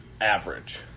average